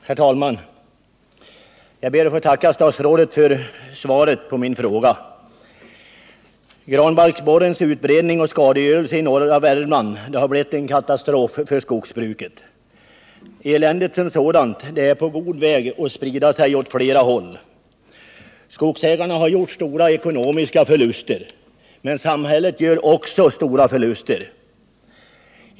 Herr talman! Jag ber att få tacka statsrådet för svaret på min fråga. Granbarkborrens utbredning och skadegörelse i norra Värmland har blivit en katastrof för skogsbruket där. Eländet är dessutom på väg att sprida sig åt flera håll. Skogsägarna har redan gjort stora ekonomiska förluster, men också samhället drabbas därav.